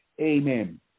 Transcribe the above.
Amen